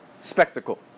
spectacle